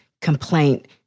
complaint